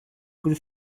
kuri